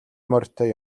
морьтой